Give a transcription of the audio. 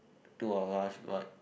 two of us god